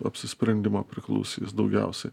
apsisprendimo priklausys daugiausiai